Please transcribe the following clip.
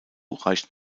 reicht